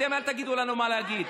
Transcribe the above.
אתם, אל תגידו לנו מה להגיד.